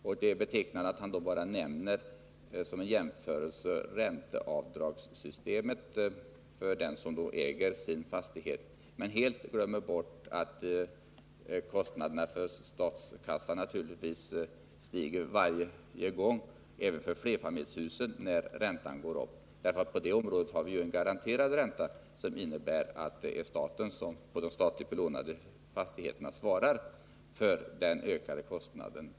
Det är betecknande att han då som en jämförelse bara nämner ränteavdragssystemet för den som äger sin fastighet men helt glömmer bort att kostnaderna för statskassan naturligtvis stiger varje gång — även för flerfamiljshusen — som räntan går upp. För flerfamiljshusen har vi en garanterad ränta, vilket innebär att det är staten som för de statligt belånade fastigheterna svarar för den ökade kostnaden.